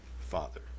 father